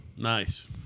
Nice